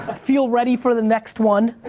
ah feel ready for the next one.